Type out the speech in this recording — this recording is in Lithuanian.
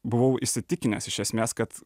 buvau įsitikinęs iš esmės kad